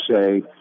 say